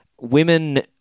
women